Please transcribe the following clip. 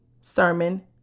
Sermon